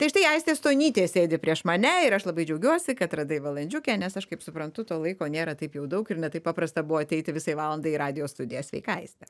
tai štai aistė stonytė sėdi prieš mane ir aš labai džiaugiuosi kad radai valandžiukę nes aš kaip suprantu to laiko nėra taip jau daug ir ne taip paprasta buvo ateiti visai valandai į radijo studiją sveika aiste